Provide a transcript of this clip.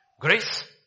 Grace